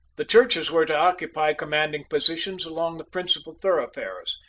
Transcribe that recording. the churches were to occupy commanding positions along the principal thoroughfares,